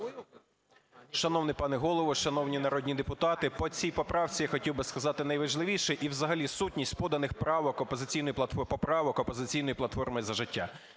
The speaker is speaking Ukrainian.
Шановний пане Голово, шановні народні депутати, по цій поправці хотів би сказати найважливіше і взагалі сутність поданих поправок "Опозиційної платформи - За життя".